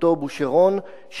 אותו בושרון,